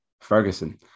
Ferguson